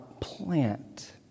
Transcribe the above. plant